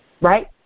right